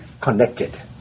connected